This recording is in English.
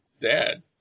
dad